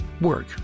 work